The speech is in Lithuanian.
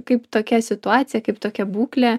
kaip tokia situacija kaip tokia būklė